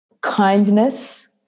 kindness